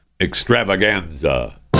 extravaganza